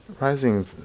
rising